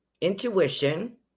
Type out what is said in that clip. intuition